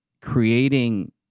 creating